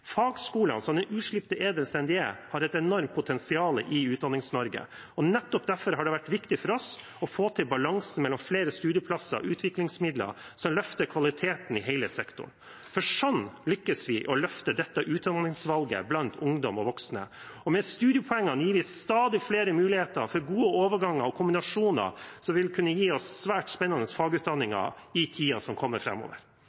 Fagskolene, som den uslipte edelsteinen de er, har et enormt potensial i Utdannings-Norge. Nettopp derfor har det vært viktig for oss å få til balansen mellom flere studieplasser og utviklingsmidler som løfter kvaliteten i hele sektoren. Sånn lykkes vi med å løfte dette utdanningsvalget blant ungdom og voksne. Med studiepoengene gir vi stadig flere mulighet for gode overganger og kombinasjoner som vil kunne gi oss svært spennende